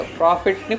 profit